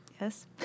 Yes